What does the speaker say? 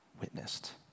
witnessed